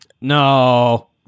no